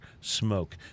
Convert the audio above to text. smoke